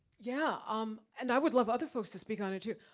yeah. um and i would love other folks to speak on it too.